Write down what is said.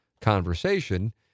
conversation